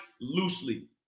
loosely